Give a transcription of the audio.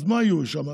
מי יהיו שם?